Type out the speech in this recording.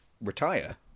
retire